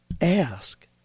Ask